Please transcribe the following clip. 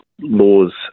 laws